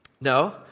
no